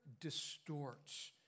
distorts